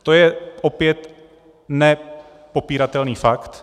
To je opět nepopiratelný fakt.